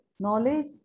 Knowledge